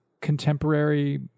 contemporary